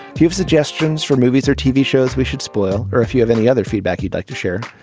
if you have suggestions for movies or tv shows we should spoil or if you have any other feedback you'd like to share.